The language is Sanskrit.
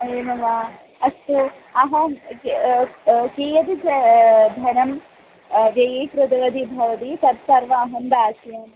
एवं वा अस्तु अहं कीयद् च धनं व्ययी कृतवती भवति तत्सर्वम् अहं दास्यामि